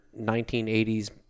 1980s